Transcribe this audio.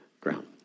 ground